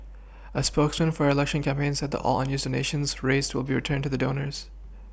a spokesman for her election campaign said that all unused donations raised will be returned to the donors